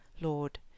Lord